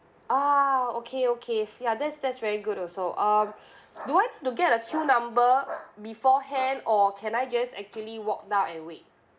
ah okay okay ya that's that's very good also uh do I have to get a queue number beforehand or can I just actually walk down and wait